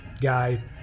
guy